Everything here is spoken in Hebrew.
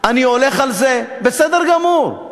אני הולך על זה, בסדר גמור.